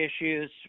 issues